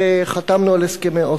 וחתמנו על הסכמי אוסלו.